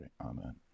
Amen